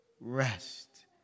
rest